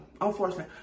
unfortunately